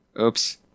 Oops